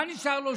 מה נשאר לו?